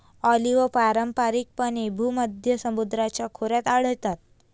olive पारंपारिकपणे भूमध्य समुद्राच्या खोऱ्यात आढळतात